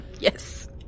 yes